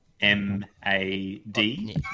M-A-D